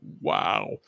Wow